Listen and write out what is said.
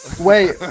wait